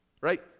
right